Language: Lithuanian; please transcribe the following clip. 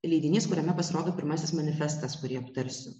leidinys kuriame pasirodo pirmasis manifestas kurį aptarsiu